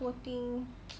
poor thing